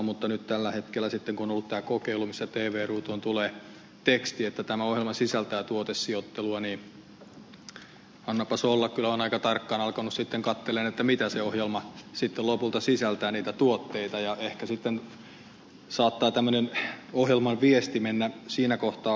mutta nyt tällä hetkellä sitten kun on ollut tämä kokeilu missä tv ruutuun tulee teksti että tämä ohjelma sisältää tuotesijoittelua niin annapas olla kyllä olen aika tarkkaan alkanut sitten katsella mitä niitä tuotteita se ohjelma sitten lopulta sisältää ja ehkä sitten saattaa tämmöinen ohjelman viesti mennä siinä kohtaa ohi